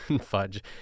fudge